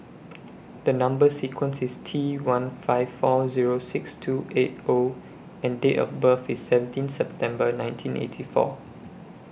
The Number sequence IS T one five four Zero six two eight O and Date of birth IS seventeen September nineteen eighty four